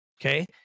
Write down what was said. Okay